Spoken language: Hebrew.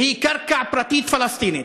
והיא קרקע פרטית פלסטינית.